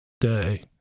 day